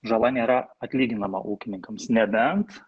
žala nėra atlyginama ūkininkams nebent